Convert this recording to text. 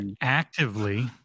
actively